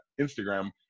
instagram